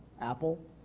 Apple